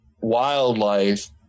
wildlife